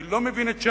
אני לא מבין את ש"ס,